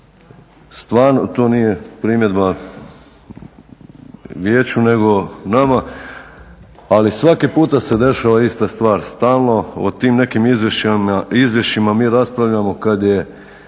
stvarno to nije primjedba vijeću nego nama, ali svaki put se dešava ista stvar. Stalno o tim nekim izvješćima mi raspravljamo kad je